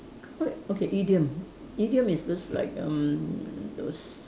come up okay idiom idiom is those like erm those